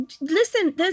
Listen